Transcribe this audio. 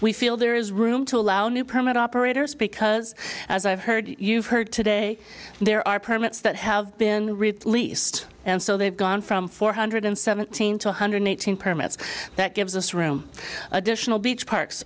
we feel there is room to allow new permit operators because as i've heard you've heard today there are permits that have been released and so they've gone from four hundred seventeen to one hundred eighteen permits that gives us room additional beach parks